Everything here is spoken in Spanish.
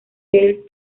gail